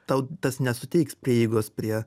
tau tas nesuteiks prieigos prie